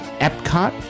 Epcot